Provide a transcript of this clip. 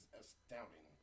astounding